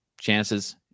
chances